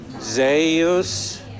Zeus